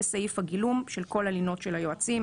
זה סעיף הגילום של כל הלינות של היועצים,